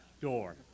door